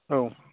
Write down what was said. औ